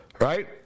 Right